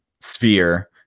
sphere